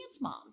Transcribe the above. moms